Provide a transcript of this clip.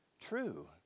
true